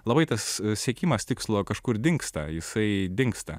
labai tas siekimas tikslo kažkur dingsta jisai dingsta